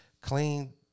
clean